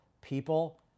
people